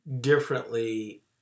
differently